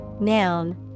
noun